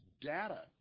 data